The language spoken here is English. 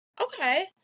Okay